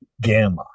gamma